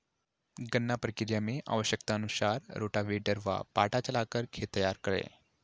गन्ना प्रक्रिया मैं आवश्यकता अनुसार रोटावेटर व पाटा चलाकर खेत तैयार करें